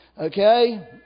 okay